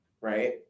right